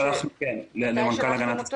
כן, למנכ"ל להגנת הסביבה.